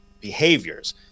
behaviors